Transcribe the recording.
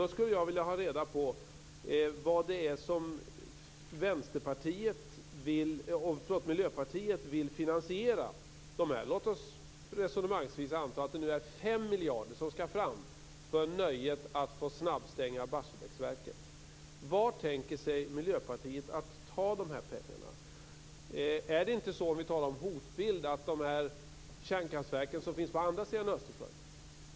Då skulle jag vilja ha reda på hur Miljöpartiet vill finansiera det här. Låt oss resonemangsvis anta att det är 5 miljarder som skall fram för nöjet att få snabbstänga Barsebäcksverket. Var tänker Miljöpartiet ta de här pengarna? Om vi talar om hotbild kan vi tänka på de kärnkraftverk som finns på andra sidan Östersjön.